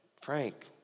Frank